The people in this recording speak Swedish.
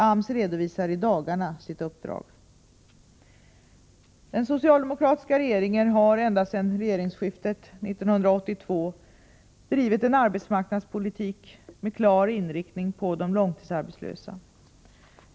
AMS redovisar i dagarna sitt uppdrag. Den socialdemokratiska regeringen har ända sedan regeringsskiftet 1982 drivit en arbetsmarknadspolitik med klar inriktning på de långtidsarbetslösa.